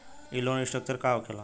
ई loan restructure का होखे ला?